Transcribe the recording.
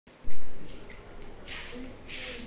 जै खूना भेड़ च र छिले तब चरवाहा गाछेर नीच्चा नीना छिले